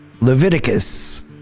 Leviticus